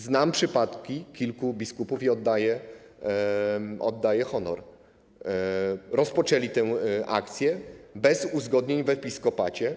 Znam przypadki kilku biskupów i oddaję honor - rozpoczęli tę akcję bez uzgodnień w episkopacie.